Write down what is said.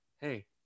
Hey